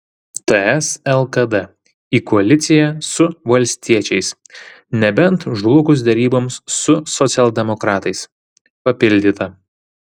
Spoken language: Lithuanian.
ts lkd į koaliciją su valstiečiais nebent žlugus deryboms su socialdemokratais papildyta